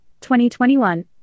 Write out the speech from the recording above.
2021